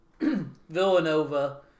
Villanova